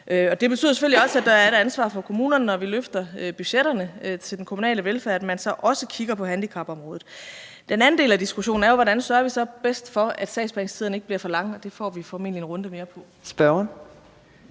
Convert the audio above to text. Det betyder selvfølgelig også, at der er et ansvar for kommunerne, når vi løfter budgetterne til den kommunale velfærd, altså at man så også kigger på handicapområdet. Den anden del af diskussionen er jo, hvordan vi så bedst sørger for, at sagsbehandlingstiderne ikke bliver for lange. Og det får vi formentlig en runde mere på.